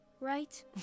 right